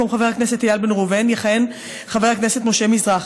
במקום חבר הכנסת איל בן ראובן יכהן חבר הכנסת משה מזרחי,